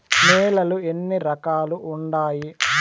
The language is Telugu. నేలలు ఎన్ని రకాలు వుండాయి?